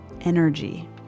energy